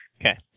Okay